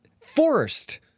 forced